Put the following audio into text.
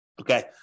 Okay